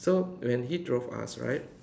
so when he drove us right